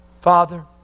Father